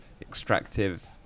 extractive